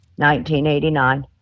1989